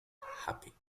happy